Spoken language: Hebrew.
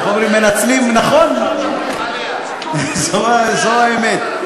איך אומרים, מנצלים, נכון, זו האמת.